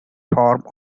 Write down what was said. form